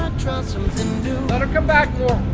try something new let her come back